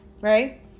right